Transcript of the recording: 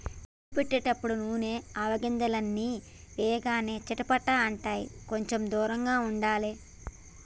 పోపు పెట్టేటపుడు నూనెల ఆవగింజల్ని వేయగానే చిటపట అంటాయ్, కొంచెం దూరంగా ఉండాలే